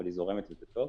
אבל היא זורמת וזה טוב.